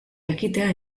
jakitea